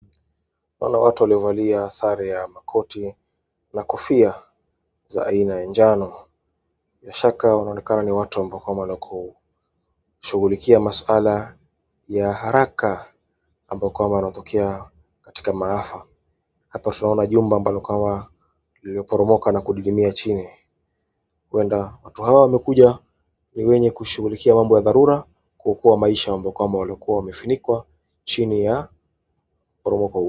Naona watu waliovalia sare ya makoti na kofia za aina ya manjano. Bila shaka wanaonekana ni watu ambao kwamba ni wa kushughulikia maswala ya haraka ambamo kwamba yanatokea katika maafa. Hapa tunaona jumba ambalo kwamba limeporomoka na kudidimia chini. Huenda watu hawa wamekuja ni wenye kushughulikia mambo ya dharura, kuokoa maisha ambamo kwamba walikuwa wamefunikwa chini ya mporomoko huo.